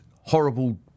horrible